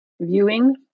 viewing